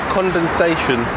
Condensation